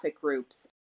groups